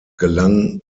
gelang